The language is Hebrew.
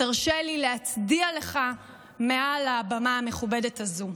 תרשה לי להצדיע לך מעל הבמה המכובדת הזו.